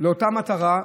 לאותה מטרה,